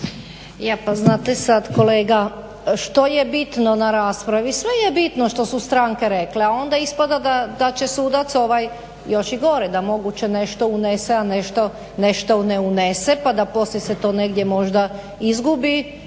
E pa znate sad kolega što je bitno na raspravi? Sve je bitno što su stranke rekle, a onda ispada da će sudac, još i gore da moguće nešto unese, a nešto ne unese, pa da poslije se to negdje možda izgubi